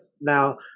now